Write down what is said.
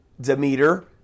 Demeter